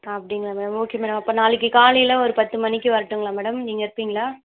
அப்படிங்களா madam okay madam அப்போது நாளைக்கு காலையில் ஒரு பத்து மணிக்கு வரட்டுங்களா மேடம் நீங்கள் இருப்பீங்களா